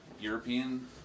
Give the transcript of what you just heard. European